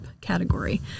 category